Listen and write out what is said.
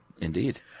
Indeed